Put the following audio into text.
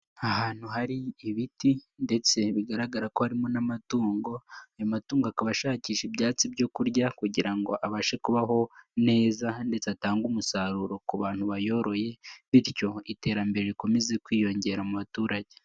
Ahantu hari ibiti ndetse bigaragara ko harimo n'amatungo, ayo matungo akaba ashakisha ibyatsi byo kurya kugira ngo abashe kubaho neza ndetse atange umusaruro ku bantu bayoroye, bityo iterambere rikomeze kwiyongera mu baturage.